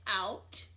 out